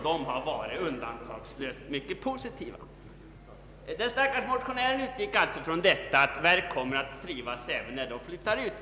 Resultaten har undantagslöst varit mycket positiva. Den stackars motionären utgick alltså ifrån att verk kommer att trivas även när de flyttats ut.